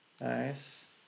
nice